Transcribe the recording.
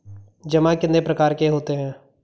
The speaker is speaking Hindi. जमा कितने प्रकार के होते हैं?